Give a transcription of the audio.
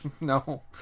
No